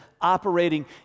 operating